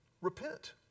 Repent